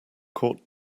caught